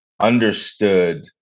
understood